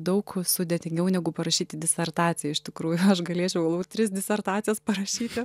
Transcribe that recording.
daug sudėtingiau negu parašyti disertaciją iš tikrųjų aš galėčiau galvojau tris disertacijas parašyti